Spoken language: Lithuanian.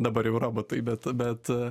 dabar jau robotai bet bet